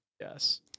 Yes